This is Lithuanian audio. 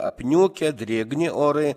apniukę drėgni orai